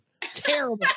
Terrible